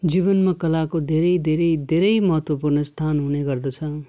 जीवनमा कलाको धेरै धेरै धेरै महत्वपूर्ण स्थान हुने गर्दछ